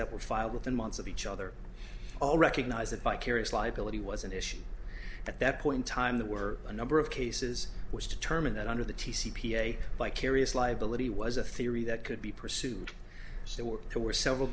that were filed within months of each other all recognise that vicarious liability was an issue at that point in time there were a number of cases which determined that under the t c p a vicarious liability was a theory that could be pursued as they were there were several